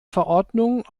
verordnung